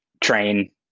train